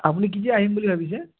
আপুনি কেতিয়া আহিম বুলি ভাবিছে